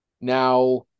Now